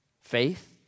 Faith